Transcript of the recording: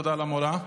תודה למורה.